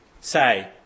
say